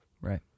Right